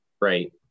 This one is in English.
right